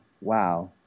Wow